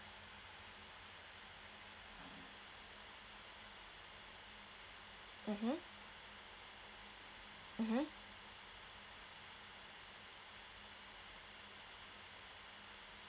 mmhmm mmhmm